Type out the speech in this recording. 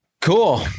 Cool